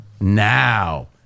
Now